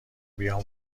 بیام